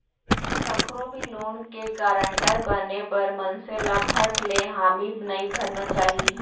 कखरो भी लोन के गारंटर बने बर मनसे ल फट ले हामी नइ भरना चाही